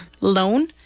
loan